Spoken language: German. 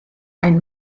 ein